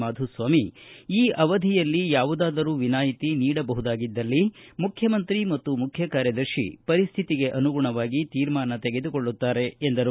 ಮಾಧುಸ್ವಾಮಿ ಈ ಅವಧಿಯಲ್ಲಿ ಯಾವುದಾದರೂ ವಿನಾಯಿತಿ ನೀಡಬಹುದಾಗಿದ್ದಲ್ಲಿ ಮುಖ್ಯಮಂತ್ರಿ ಮತ್ತು ಮುಖ್ಯ ಕಾರ್ಯದರ್ಶಿ ಪರಿಸ್ಟಿತಿಗೆ ಅನುಗುಣವಾಗಿ ತೀರ್ಮಾನ ತೆಗೆದುಕೊಳ್ಳುತ್ತಾರೆ ಎಂದರು